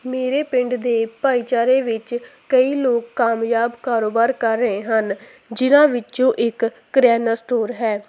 ਮੇਰੇ ਪਿੰਡ ਦੇ ਭਾਈਚਾਰੇ ਵਿੱਚ ਕਈ ਲੋਕ ਕਾਮਯਾਬ ਕਾਰੋਬਾਰ ਕਰ ਰਹੇ ਹਨ ਜਿਨ੍ਹਾਂ ਵਿੱਚੋਂ ਇੱਕ ਕਰਿਆਨਾ ਸਟੋਰ ਹੈ